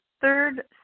third